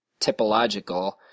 typological